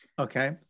Okay